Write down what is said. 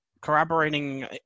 corroborating